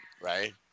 Right